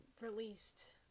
released